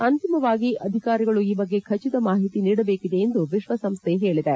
ಅಂತಿಮವಾಗಿ ಅಧಿಕಾರಗಳು ಈ ಬಗ್ಗೆ ಖಚಿತ ಮಾಹಿತಿ ನೀಡಬೇಕಿದೆ ಗಾಯಗೊಂಡವರು ಎಂದು ವಿಶ್ವಸಂಸ್ಥೆ ಹೇಳಿದೆ